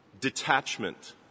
detachment